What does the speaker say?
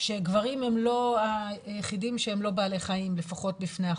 שגברים הם לא היחידים שהם לא בעלי חיים לפחות בפני החוק.